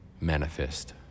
manifest